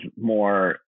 more